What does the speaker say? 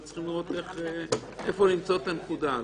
וצריך לראות איפה למצוא את הנקודה.